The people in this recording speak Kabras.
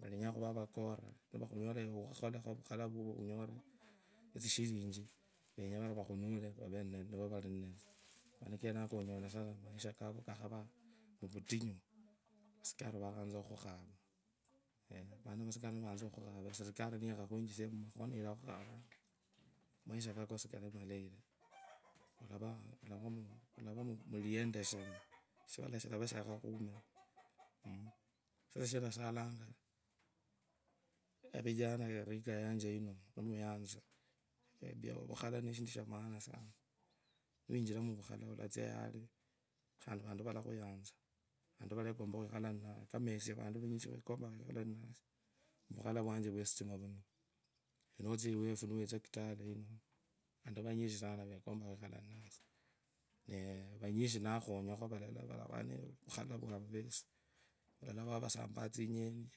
valenyaa khuvaa vakra manikenako onyala vari maisha kako kakhava mateyo onyola vasikari vakhaanza khukhukhava serikali niyatsa khukhukhava maisha kako sikali malayi taa olava murilendesheria shivala shilavaa shakhalipaa khandi vantu valakhuyanza vantu vanyinji kama esie vantu vanyinji vekompanga khukhale ninasie khuvukhala vwanjevwe stima yino nutsia iwefu notsia kitale vantu vanyinji sana vekumpanga khwikhala ninasie eeeh nakhunyakho vanee mukkhala vwavo vesi valala vao valala vao vaula vao vasampanga tsinyeniii.